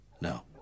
No